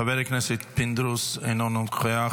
חבר הכנסת פינדרוס, אינו נוכח.